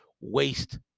waste